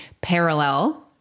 parallel